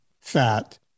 fat